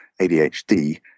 ADHD